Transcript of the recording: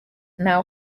now